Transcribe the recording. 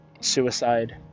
suicide